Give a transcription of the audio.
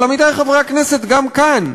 אבל, עמיתי חברי הכנסת, גם כאן,